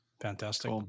Fantastic